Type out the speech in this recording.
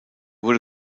wurde